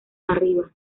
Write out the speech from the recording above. arriba